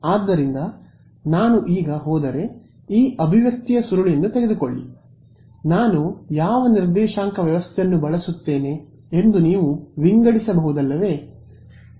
ಆದ್ದರಿಂದ ಈಗ ಈ ಅಭಿವ್ಯಕ್ತಿಯ ಸುರುಳಿಯನ್ನು ತೆಗೆದುಕೊಳ್ಳಿ ನಾನು ಯಾವ ನಿರ್ದೇಶಾಂಕ ವ್ಯವಸ್ಥೆಯನ್ನು ಬಳಸುತ್ತೇನೆ ಎಂದು ನೀವು ವಿಂಗಡಿಸಬಹುದಲ್ಲವೇ